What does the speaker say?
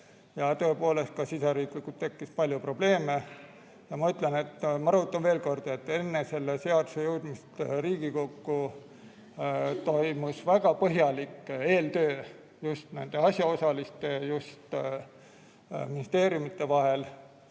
ja tõepoolest, ka siseriiklikult tekkis palju probleeme. Ma rõhutan veel kord, et enne selle seaduse jõudmist Riigikokku toimus väga põhjalik eeltöö just nende asjaosaliste, just ministeeriumide vahel.